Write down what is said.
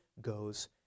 goes